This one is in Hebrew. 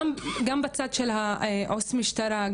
גם בצד של עו"ס המשטרה,